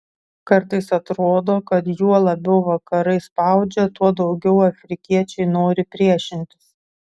kartais atrodo kad juo labiau vakarai spaudžia tuo daugiau afrikiečiai nori priešintis